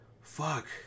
fuck